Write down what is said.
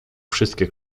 wszystkie